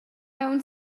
aunc